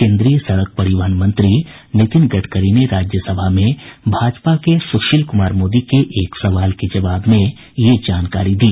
केन्द्रीय सड़क परिवहन मंत्री नितिन गडकरी ने राज्यसभा में भाजपा के सुशील कुमार मोदी के एक सवाल के जवाब में यह जानकारी दी